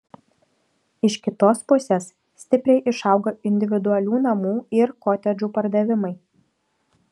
iš kitos pusės stipriai išaugo individualių namų ir kotedžų pardavimai